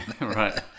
Right